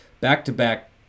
back-to-back